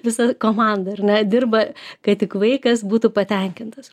visa komanda ar ne dirba kad tik vaikas būtų patenkintas